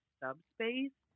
subspace